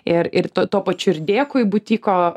ir ir tuo pačiu ir dėkui butiko